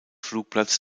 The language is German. flugplatz